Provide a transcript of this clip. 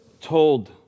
told